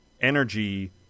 energy